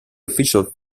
official